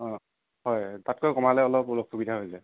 অঁ হয় তাতকৈ কমালে অলপ মোৰ অসুবিধা হৈ যায়